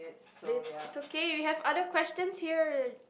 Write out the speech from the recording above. la~ it's okay we have other questions here